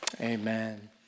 Amen